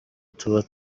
tuba